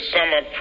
Summer